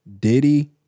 Diddy